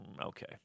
okay